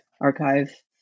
archive